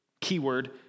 keyword